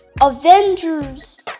Avengers